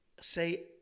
say